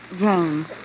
Jane